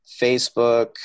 Facebook